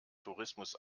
tourismus